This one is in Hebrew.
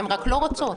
הן רק לא רוצות.